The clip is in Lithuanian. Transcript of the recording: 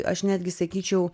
aš netgi sakyčiau